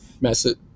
message